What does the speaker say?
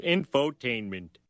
Infotainment